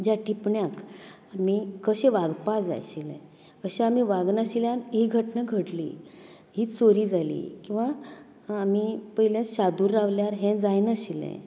ज्या टिपण्यांक आमी कशें वागपाक जाय आशिल्लें अशें आमी वागनाशिल्ल्यान ही घटना घडली ही चोरी जाली किंवां आमी पयलें शादूर रावल्यार हें जायनाशिल्लें